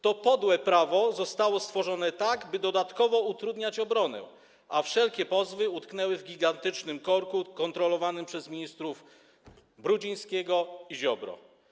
To podłe prawo zostało stworzone tak, by dodatkowo utrudniać obronę, a wszelkie pozwy utknęły w gigantycznym korku kontrolowanym przez ministrów Brudzińskiego i Ziobrę.